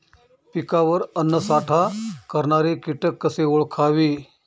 पिकावर अन्नसाठा करणारे किटक कसे ओळखावे?